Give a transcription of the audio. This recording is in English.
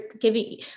giving